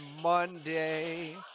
Monday